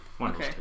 Okay